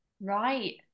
Right